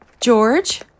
George